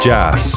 Jazz